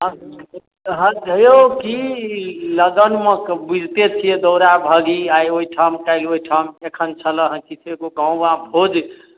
हे यौ कि लगनमे बुझिते छियै दौड़ा भागी आइ ओहिठाम काल्हि ओहिठाम एखन छलए हँ किछु एगो गाॅंवा भोज